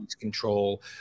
control